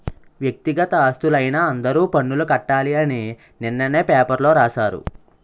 వ్యక్తిగత ఆస్తులైన అందరూ పన్నులు కట్టాలి అని నిన్ననే పేపర్లో రాశారు